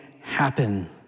happen